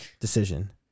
decision